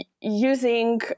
using